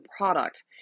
product